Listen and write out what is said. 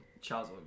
Charles